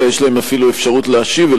אלא יש להם אפילו אפשרות להשיב,